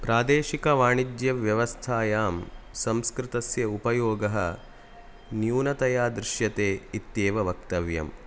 प्रादेशिकवाणिज्यव्यवस्थायां संस्कृतस्य उपयोगः न्यूनतया दृश्यते इत्येव वक्तव्यम्